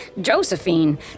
Josephine